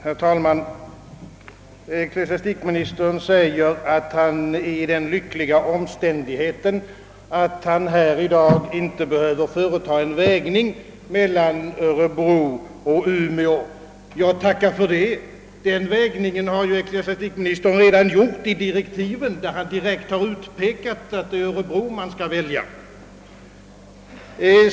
Herr talman! Ecklesiastikministern säger, att han befinner sig i den lyckliga omständigheten, att han i dag inte behöver företa en vägning mellan Umeå och Örebro. Nej, tacka för det! Den vägningen har ecklesiastikministern redan gjort i direktiven, där han direkt har utpekat, att det är Örebro man skall välja.